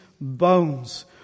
bones